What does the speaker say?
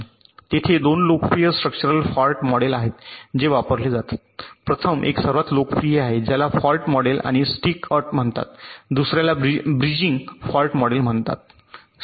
तेथे 2 लोकप्रिय structural fault model आहेत जे वापरले जातात प्रथम एक सर्वात लोकप्रिय आहे याला फॉल्ट मॉडेल आणि स्टिक अट म्हणतात दुसर्याला ब्रिजिंग फॉल्ट मॉडेल म्हणतात